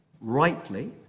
rightly